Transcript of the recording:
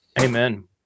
Amen